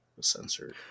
censored